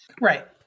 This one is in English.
Right